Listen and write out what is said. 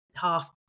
half